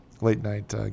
late-night